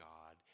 God